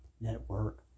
Network